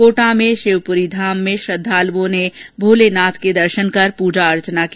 कोटा में शिवपुरीधाम में श्रद्धालुओं ने भोलेनाथ के दर्शन कर पूजा अर्चना की